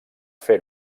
fer